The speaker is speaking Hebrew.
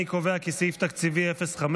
אני קובע כי סעיף תקציבי 05,